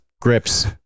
grips